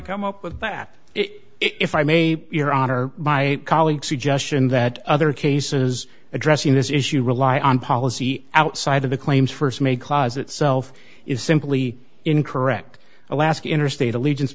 come up with that if i may your honor my colleagues suggestion that other cases addressing this issue rely on policy outside of the claims st make laws itself is simply incorrect alaska interstate allegiance